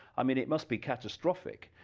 i mean it must be catastrophic.